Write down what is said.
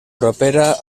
propera